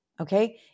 Okay